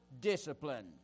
discipline